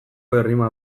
errima